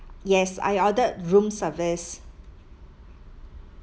yes I ordered room service